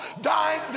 dying